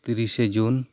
ᱛᱤᱨᱤᱥᱮ ᱡᱩᱱ